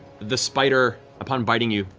the spider, upon biting you,